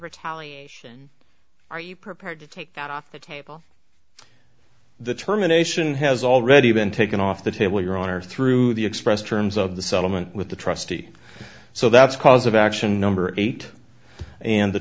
retaliation are you prepared to take that off the table the terminations has already been taken off the table your honor through the expressed terms of the settlement with the trustee so that's cause of action number eight and the